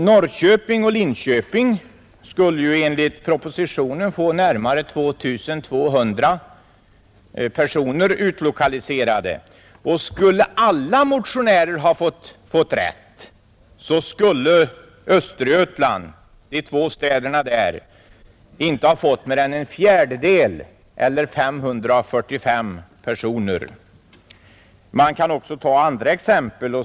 Norrköping och Linköping skulle ju enligt propositionen få närmare 2 200 personer utlokaliserade. Om alla motionärer fått som de ville, skulle de två städerna i Östergötland inte ha fått mer än en fjärdedel eller 545 personer. Man kan också ta andra exempel.